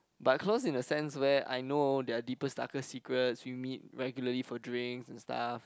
but close in the sense where I know their deepest darkest secrets we meet regularly for drinks and stuff